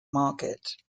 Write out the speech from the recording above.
market